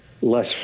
less